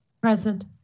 Present